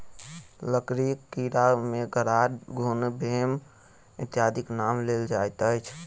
लकड़ीक कीड़ा मे गरार, घुन, भेम इत्यादिक नाम लेल जाइत अछि